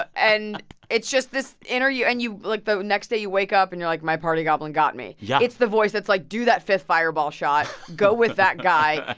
ah and it's just this inner you. and, like, the next day, you wake up and you're like, my party goblin got me. yeah it's the voice. it's like, do that fifth fireball shot. go with that guy.